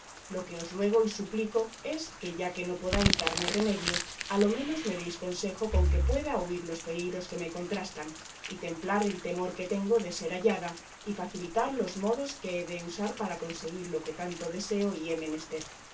lo que os ruego y suplico es que ya que no podáis darme remedio a lo menos me déis consejo con que pueda huir los peligros que me contrastan y templar el temor que tengo de ser hallada y facilitar los modos que he de usar para conseguir lo que tanto deseo y he menester